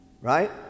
right